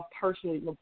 personally